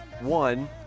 One